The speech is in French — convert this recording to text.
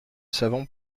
savant